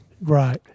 Right